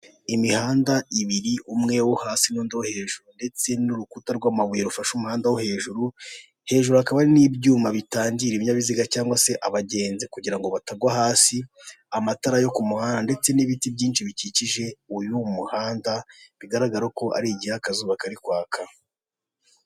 Imihanda ibiri, umwe wo hasi n'undi wo hejuru ndetse n'urukuta rw'amabuye rufashe umuhanda wo hejuru, hejuru hakaba hari n'ibyuma bitangira ibinyabiziga cyangwa se abagenzi kugira ngo batagwa hasi, amatara yo ku muhanda ndetse n'ibiti byinshi bikikije uyu muhanda bigaragara ko ari igihe akazuba kari kwaka.